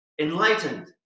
enlightened